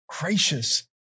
gracious